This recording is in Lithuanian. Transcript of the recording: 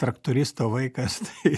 traktoristo vaikas tai